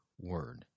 word